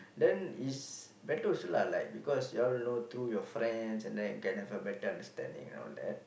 then is better also lah like because you all know through your friends then can have a better understanding and all that